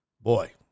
Boy